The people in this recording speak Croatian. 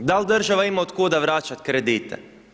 Dal' država ima od kuda vraćati kredite?